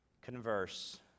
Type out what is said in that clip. converse